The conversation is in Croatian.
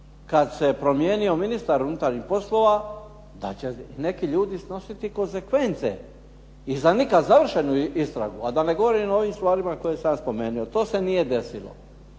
kad se promijenio ministar unutarnjih poslova da će neki ljudi snositi konsekvence i za nikad završenu istragu, a da ne govorim o ovim stvarima koje sam ja spomenuo. To se nije desilo.